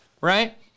right